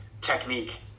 technique